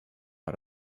out